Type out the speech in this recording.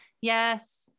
Yes